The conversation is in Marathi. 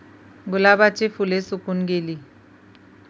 गुलाबाची फुले सुकून गेली